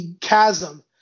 chasm